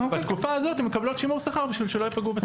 בתקופה הזאת הן יקבלו שימור שכר כדי שהן לא ייפגעו.